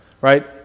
right